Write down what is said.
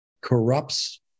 corrupts